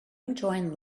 enjoying